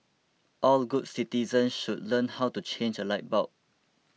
all the good citizens should learn how to change a light bulb